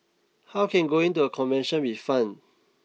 how can going to a convention be fun